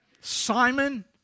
Simon